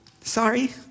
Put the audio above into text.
Sorry